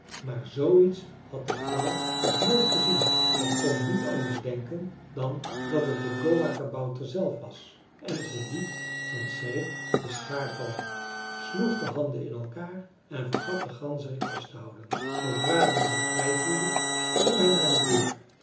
maar zooiets had de vrouw nog nooit gezien zij kon niet anders denken dan dat het de goa kabouter zelf was en ze liet van schrik de schaar vallen sloeg de handen in elkaar en vergat den ganzerik vast te houden zoodra die zich vrij voelde sprong hij naar de deur